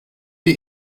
die